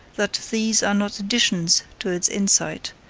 that these are not additions to its insight,